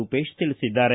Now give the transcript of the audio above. ರೂಪೇಶ್ ತಿಳಿಸಿದ್ದಾರೆ